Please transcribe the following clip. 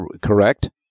correct